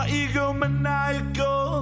egomaniacal